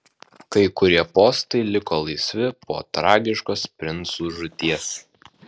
kai kurie postai liko laisvi po tragiškos princų žūties